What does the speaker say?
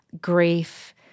grief